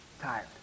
tired